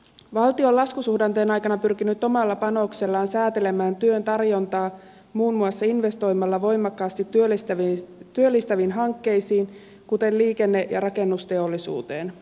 valtio on laskusuhdanteen aikana pyrkinyt omalla panoksellaan säätelemään työn tarjontaa muun muassa investoimalla voimakkaasti työllistäviin hankkeisiin kuten liikenne ja rakennusteollisuuteen